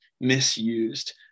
misused